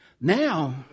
Now